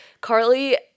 Carly